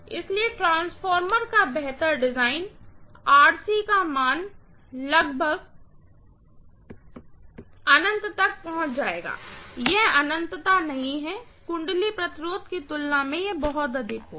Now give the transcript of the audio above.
इसलिए ट्रांसफार्मर का बेहतर डिजाइन का मान लगभग अनंत तक पहुंच जाएगा यह अनन्तता नहीं हैवाइंडिंग रेजिस्टेंस की तुलना में यह बहुत अधिक होगा